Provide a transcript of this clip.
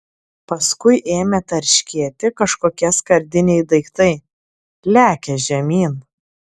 paskui ėmė tarškėti kažkokie skardiniai daiktai lekią žemyn